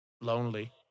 Lonely